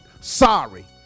Sorry